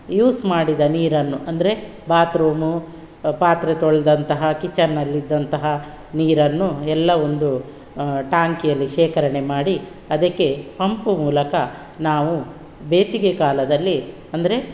use ಮಾಡಿದ ನೀರನ್ನು ಅಂದರೆ ಬಾತ್ರೂಮು ಪಾತ್ರೆ ತೊಳೆದಂತಹ ಕಿಚನಲ್ಲಿದ್ದಂತಹ ನೀರನ್ನು ಎಲ್ಲ ಒಂದು ಟ್ಯಾಂಕಿನಲ್ಲಿ ಶೇಖರಣೆ ಮಾಡಿ ಅದಕ್ಕೆ ಪಂಪ್ ಮೂಲಕ ನಾವು ಬೇಸಿಗೆ ಕಾಲದಲ್ಲಿ ಅಂದರೆ